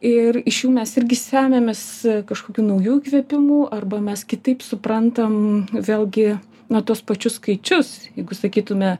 ir iš jų mes irgi semiamės kažkokių naujų įkvėpimų arba mes kitaip suprantam vėlgi nae tuos pačius skaičius jeigu sakytume